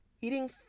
eating